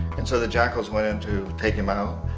and so the jackals went in to take him out.